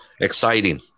exciting